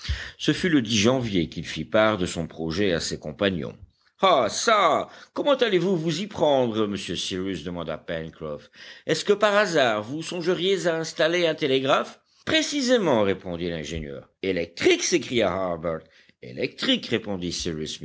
ce fut le janvier qu'il fit part de son projet à ses compagnons ah çà comment allez-vous vous y prendre monsieur cyrus demanda pencroff est-ce que par hasard vous songeriez à installer un télégraphe précisément répondit l'ingénieur électrique s'écria harbert électrique répondit